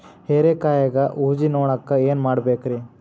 ಹೇರಿಕಾಯಾಗ ಊಜಿ ನೋಣಕ್ಕ ಏನ್ ಮಾಡಬೇಕ್ರೇ?